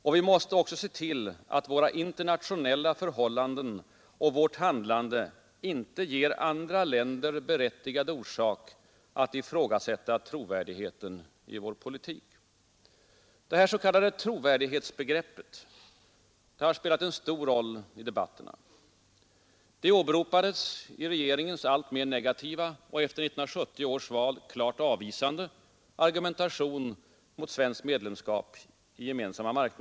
——— Och vi måste också se till att våra internationella förhållanden och vårt handlande inte ger andra länder berättigad orsak att ifrågasätta trovärdigheten i vår politik.” Detta s.k. trovärdighetsbegrepp har spelat en stor roll i debatterna. Det åberopades i regeringens alltmer negativa och efter 1970 års val klart avvisande argumentation mot svenskt medlemskap i EG.